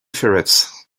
ferrets